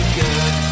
good